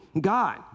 God